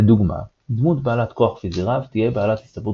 לדוגמה – דמות בעלת כוח פיזי רב תהיה בעלת הסתברות